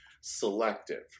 selective